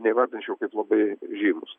neįvardinčiau kaip labai žymūs